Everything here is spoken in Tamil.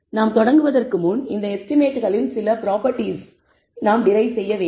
எனவே நாம் தொடங்குவதற்கு முன் இந்த எஸ்டிமேட்களின் சில ப்ராபெர்டிஸ்களை நாம் டெரிவ் செய்ய வேண்டும்